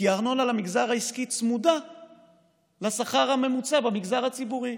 כי ארנונה למגזר העסקי צמודה לשכר הממוצע במגזר הציבורי.